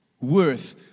worth